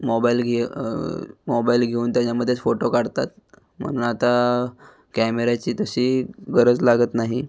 mobile घे mobile घेऊन त्याच्यामध्येच फोटो काढतात म्हणून आता कॅमेऱ्याची तशी गरज लागत नाही